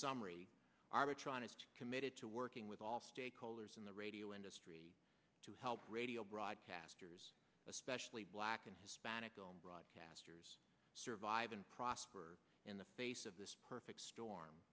is committed to working with all stakeholders in the radio industry to help radio broadcasters especially black and hispanic broadcasters survive and prosper in the face of this perfect storm